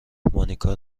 مانیکا